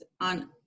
on